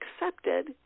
accepted